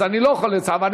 אז אני לא יכול לצרף,